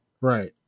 Right